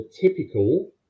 typical